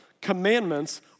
commandments